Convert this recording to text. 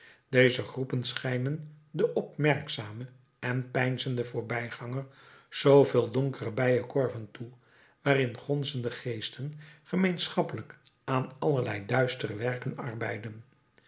deze groepen schijnen den opmerkzamen en peinzenden voorbijganger zooveel donkere bijenkorven toe waarin gonzende geesten gemeenschappelijk aan allerlei duistere werken arbeiden